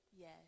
Yes